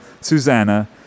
Susanna